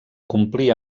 complir